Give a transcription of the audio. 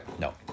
No